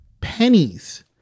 pennies